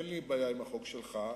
אין לי בעיה עם החוק שלך.